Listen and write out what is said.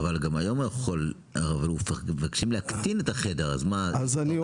אבל גם היום אנחנו מבקשים להקטין את החדר אז מה,